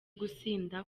gusinda